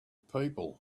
people